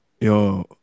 Yo